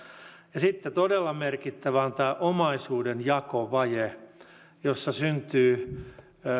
ja sitten todella merkittävä on tämä omaisuudenjakovaje jossa syntyy